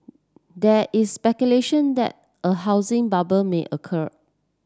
there is speculation that a housing bubble may occur